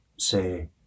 say